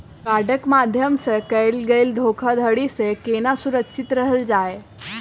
कार्डक माध्यम सँ कैल गेल धोखाधड़ी सँ केना सुरक्षित रहल जाए?